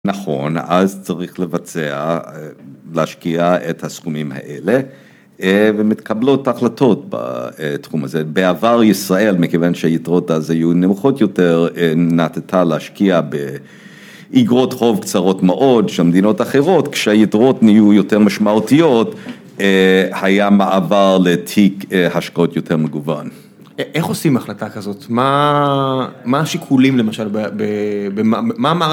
נכון, אז צריך לבצע, להשקיע את הסכומים האלה ומתקבלות החלטות בתחום הזה. בעבר ישראל, מכיוון שהיתרות אז היו נמוכות יותר, נטטה להשקיע באגרות חוב קצרות מאוד של מדינות אחרות. כשהיתרות נהיו יותר משמעותיות, היה מעבר לתיק השקעות יותר מגוון. איך עושים החלטה כזאת? מה השיקולים, למשל, מה ה...